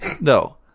No